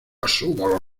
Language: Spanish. asumo